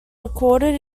recorded